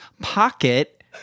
pocket